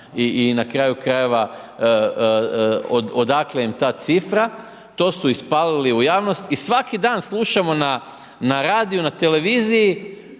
i na kraju krajeva, odakle im ta cifra. To su ispalili u jasnost i svaki dan slušamo na radiju, na televiziji